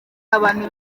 abantu